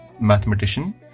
mathematician